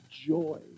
joy